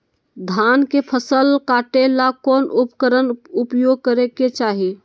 धान के फसल काटे ला कौन उपकरण उपयोग करे के चाही?